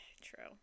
true